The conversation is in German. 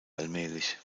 allmählich